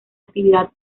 actividad